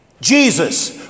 Jesus